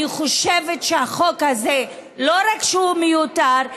אני חושבת שהחוק הזה לא רק שהוא מיותר,